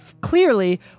clearly